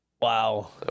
wow